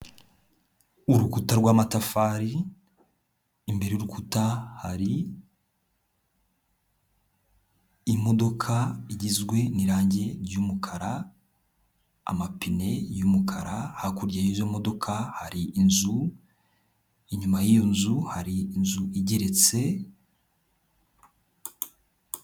Urukuta rw'amatafari, imbere y'urukuta hari imodoka, igizwe n'irangi ry'umukara, amapine y'umukara, hakurya y'izo modoka hari inzu, inyuma y'iyo nzu hari inzu igeretse.